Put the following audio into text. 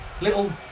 little